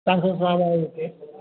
सांसद साहब आए हुए थे